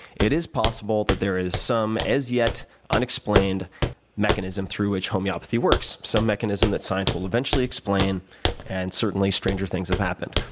it is possible that there is some as yet unexplained mechanism through which homeopathy works. some mechanism that science will eventually explain and certainly stranger things have happened.